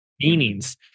meanings